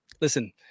Listen